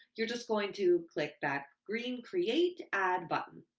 you're just going to click that green create ad button.